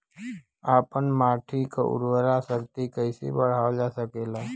आपन माटी क उर्वरा शक्ति कइसे बढ़ावल जा सकेला?